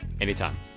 anytime